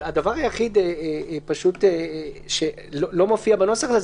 הדבר היחיד שלא מופיע בנוסח הזה הוא